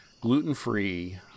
gluten-free